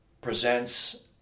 presents